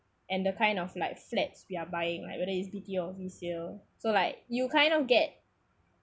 and the kind of like flats we're buying right whether is B_T_O or resale so like you kind of get